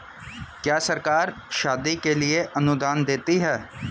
क्या सरकार शादी के लिए अनुदान देती है?